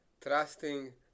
trusting